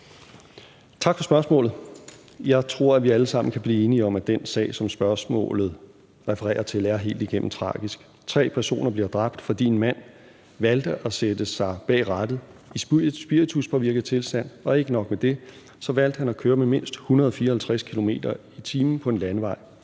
Tak for spørgsmålet. Jeg tror, at vi alle sammen kan blive enige om, at den sag, som spørgsmålet refererer til, er helt igennem tragisk: Tre personer blev dræbt, fordi en mand valgte at sætte sig bag rattet i spirituspåvirket tilstand, og ikke nok med det valgte han at køre med 150 km/t. på en landevej.